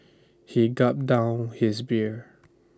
he gulped down his beer